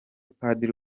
padiri